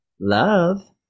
love